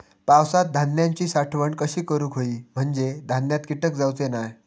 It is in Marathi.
पावसात धान्यांची साठवण कशी करूक होई म्हंजे धान्यात कीटक जाउचे नाय?